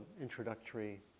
introductory